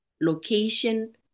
location